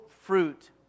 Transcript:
fruit